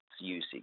use